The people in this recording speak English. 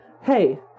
hey